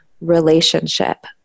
relationship